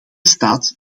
staat